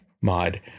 mod